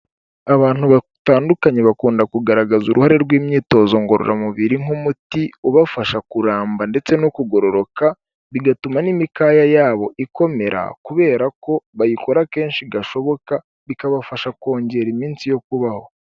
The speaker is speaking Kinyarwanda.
Abantu batandukanye bakunda kugaragaza uruhare rw'imyitozo ngororamubiri nk'umuti ubafasha kuramba ndetse no kugororoka, bigatuma n'imikaya yabo ikomera kubera ko bayikora kenshi gashoboka bikabafasha kongera iminsi yo kubaho.